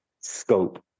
scope